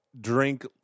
drink